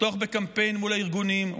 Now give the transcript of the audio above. לפתוח בקמפיין מול הארגונים,